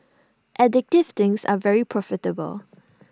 addictive things are very profitable